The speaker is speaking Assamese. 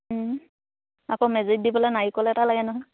আকৌ মেজিত দিবলে নাৰিকল এটা লাগে নহয়